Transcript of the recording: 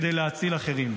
כדי להציל אחרים.